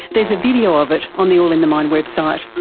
there's a video of it on the all in the mind website.